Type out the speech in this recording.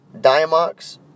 diamox